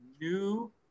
new